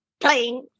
playing